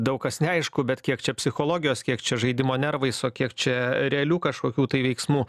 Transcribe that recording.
daug kas neaišku bet kiek čia psichologijos kiek čia žaidimo nervais o kiek čia realių kažkokių tai veiksmų